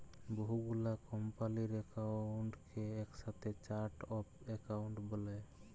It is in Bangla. বহু গুলা কম্পালির একাউন্টকে একসাথে চার্ট অফ একাউন্ট ব্যলে